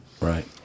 Right